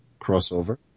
Crossover